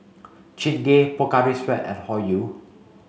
Chingay Pocari Sweat and Hoyu